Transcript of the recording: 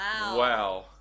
Wow